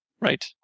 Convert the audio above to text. Right